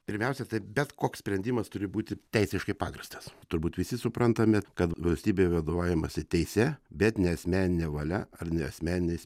pirmiausia tai bet koks sprendimas turi būti teisiškai pagrįstas turbūt visi suprantame kad valstybėj vadovaujamasi teise bet ne asmenine valia ar ne asmeniniais